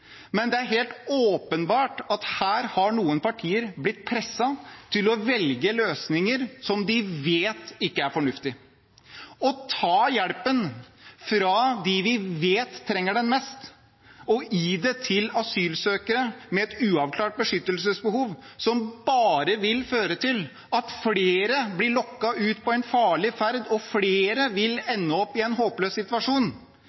men det er helt åpenbart at her har noen partier blitt presset til å velge løsninger som de vet ikke er fornuftige. Å ta hjelpen fra dem vi vet trenger den mest, og gi den til asylsøkere med et uavklart beskyttelsesbehov, som bare vil føre til at flere blir lokket ut på en farlig ferd og flere vil